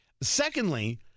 secondly